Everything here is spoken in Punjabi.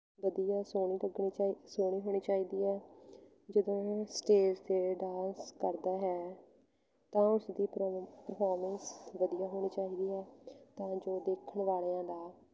ਵਧੀਆ ਸੋਹਣੀ ਲੱਗਣੀ ਚਾਹੀ ਸੋਹਣੀ ਹੋਣੀ ਚਾਹੀਦੀ ਹੈ ਜਦੋਂ ਸਟੇਜ 'ਤੇ ਡਾਂਸ ਕਰਦਾ ਹੈ ਤਾਂ ਉਸਦੀ ਪ੍ਰਮੋ ਪ੍ਰਫੋਰਮੈਂਸ ਵਧੀਆ ਹੋਣੀ ਚਾਹੀਦੀ ਹੈ ਤਾਂ ਜੋ ਦੇਖਣ ਵਾਲਿਆਂ ਦਾ